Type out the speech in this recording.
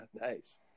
nice